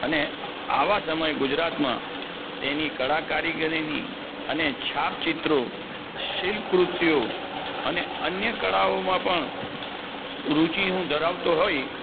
અને આવા સમયે ગુજરાતમાં તેની કળા કારીગરીની અને છાપચિત્રો શિલ્પકૃત્યો અને અન્ય કળાઓમાં પણ રૂચી હું ધરાવતો હોઈ